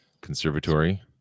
Conservatory